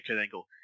Angle